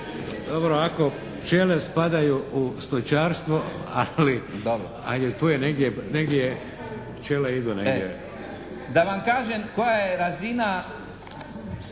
Dobro, ako pčele spadaju u stočarstvo, ali tu je negdje, pčele idu negdje. **Letica, Slaven